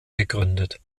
gegründet